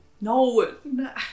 No